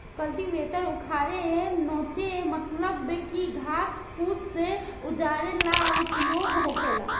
cultivator उखारे नोचे मतलब की घास फूस उजारे ला उपयोग होखेला